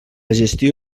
gestió